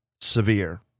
severe